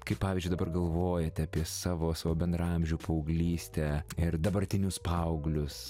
kaip pavyzdžiui dabar galvojate apie savo savo bendraamžių paauglystę ir dabartinius paauglius